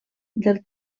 del